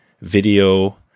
video